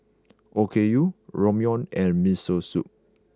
Okayu Ramyeon and Miso Soup